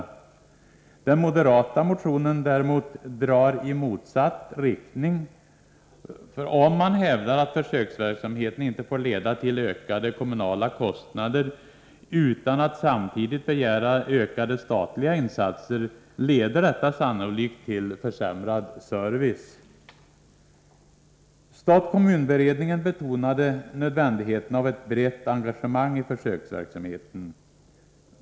Men den moderata motionen drar i motsatt riktning. Om man hävdar att försöksverksamheten inte får leda till ökade kommunala kostnader, utan att ökade statliga insatser samtidigt begärs, leder detta sannolikt till försämrad service. Stat-kommun-beredningen betonade nödvändigheten av ett brett engagemang i försöksverksamheten.